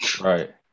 right